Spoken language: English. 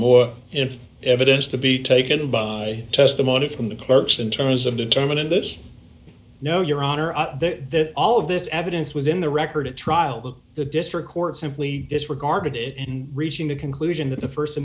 into evidence to be taken by testimony from the clerks in terms of determining this no your honor that all of this evidence was in the record at trial that the district court simply disregarded it in reaching the conclusion that the